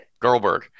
Girlberg